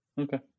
Okay